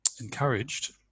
encouraged